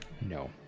No